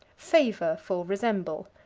favor for resemble.